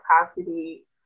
capacity